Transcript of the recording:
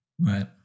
Right